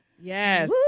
Yes